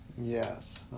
Yes